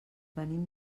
venim